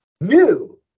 new